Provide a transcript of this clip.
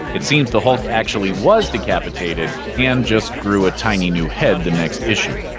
it seems the hulk actually was decapitated, and just grew a tiny new head the next issue.